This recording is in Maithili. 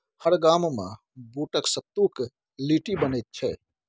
हमर गाममे बूटक सत्तुक लिट्टी बनैत छै